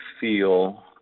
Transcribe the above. feel